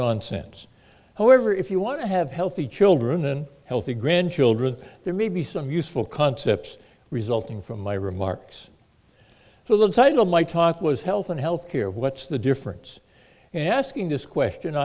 nonsense however if you want to have healthy children and healthy grandchildren there may be some useful concepts resulting from my remarks so the title might talk was health and health care what's the difference and asking this question